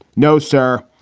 no, sir.